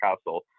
Castle